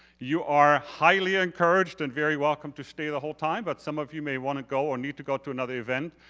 you are highly encouraged and very welcome to stay the whole time. but some of you may wanna go or need to go to another event.